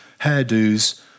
hairdos